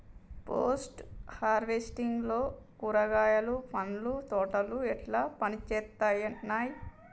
Post harvesting లో కూరగాయలు పండ్ల తోటలు ఎట్లా పనిచేత్తనయ్?